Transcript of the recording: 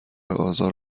آزار